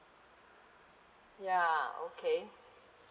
ya okay